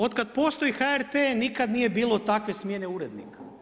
Od kad postoji HRT nikad nije bilo takve smjene urednika.